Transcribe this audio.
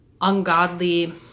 Ungodly